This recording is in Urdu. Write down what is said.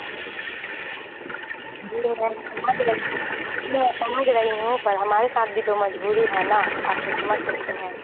ہوں ہوں جی وہ میں سمجھ رہی ہوں جی میں سمجھ رہی ہوں پر ہمارے ساتھ بھی تو مجبوری ہے نا آپ تو سمجھ سکتی ہیں